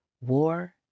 war